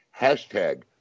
hashtag